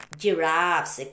giraffes